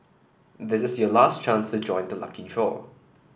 this is your last chance to join the lucky draw